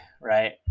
right